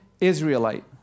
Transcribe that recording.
Israelite